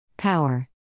Power